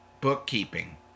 Bookkeeping